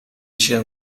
się